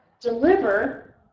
deliver